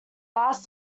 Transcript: last